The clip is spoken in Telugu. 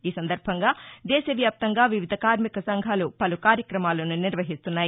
ఈ సందర్బంగా దేశవ్యాప్తంగా వివిధ కార్మిక సంఘాలు పలు కార్యక్రమాలను నిర్వహిస్తున్నాయి